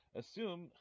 assume